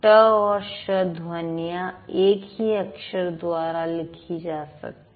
ट और श ध्वनियां एक ही अक्षर द्वारा लिखी जा सकती है